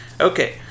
Okay